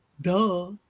duh